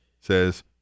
says